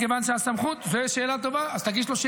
מכיוון שהסמכות --- למה הוא לא עושה את זה?